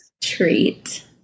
treat